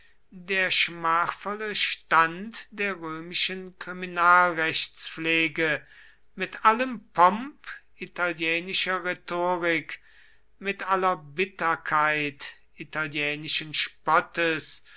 der schmachvolle stand der römischen kriminalrechtspflege mit allem pomp italienischer rhetorik mit aller bitterkeit italienischen spottes